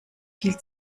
viel